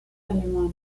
alemana